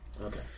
Okay